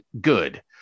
good